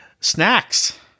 Snacks